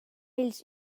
ils